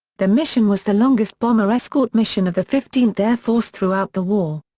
the mission was the longest bomber escort mission of the fifteenth air force throughout the war.